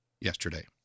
yesterday